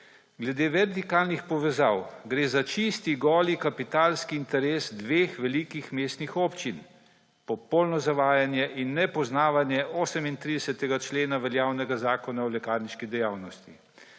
»Glede vertikalnih povezav, gre za čisti goli kapitalski interes dveh velikih mestnih občin.« Popolno zavajanje in nepoznavanje 38. člena veljavnega Zakona o lekarniški dejavnosti.